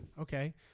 Okay